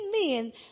men